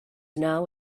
now